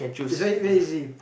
it's very very easy